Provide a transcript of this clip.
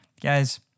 Guys